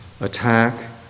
attack